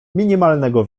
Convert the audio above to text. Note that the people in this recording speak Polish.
minimalnego